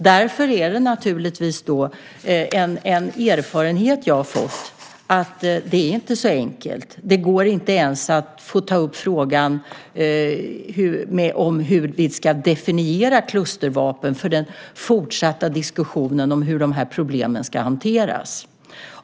En erfarenhet som jag har fått är att det naturligtvis inte är så enkelt. Det går inte ens att få ta upp frågan hur vi ska definiera klustervapen för den fortsatta diskussionen om hur de här problemen ska hanteras.